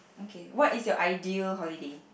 okay what is your ideal holiday